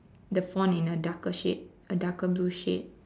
the font in a darker shade a darker blue shade